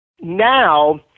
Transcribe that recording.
Now